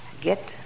get